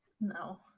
No